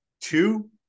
two